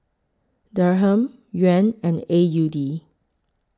Dirham Yuan and A U D